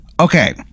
okay